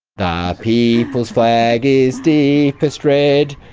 the people's flag is deepest red,